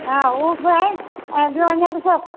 हा हुओ साईं ॿियो अञा ॾिसो